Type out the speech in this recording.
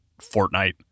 Fortnite